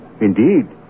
Indeed